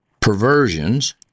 perversions